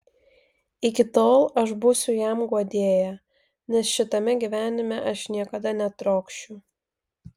iki tol aš būsiu jam guodėja nes šitame gyvenime aš niekada netrokšiu